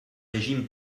régime